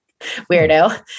Weirdo